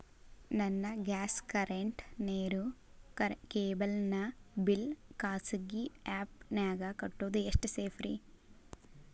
ನನ್ನ gas current, ನೇರು, cable ನ ಬಿಲ್ ಖಾಸಗಿ ಆ್ಯಪ್ ನ್ಯಾಗ್ ಕಟ್ಟೋದು ಎಷ್ಟು ಸೇಫ್ರಿ?